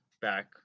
back